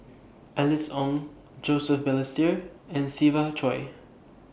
Alice Ong Joseph Balestier and Siva Choy